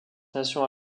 nations